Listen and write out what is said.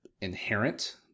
inherent